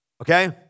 Okay